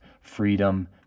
freedom